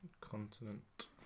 Continent